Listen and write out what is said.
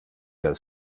del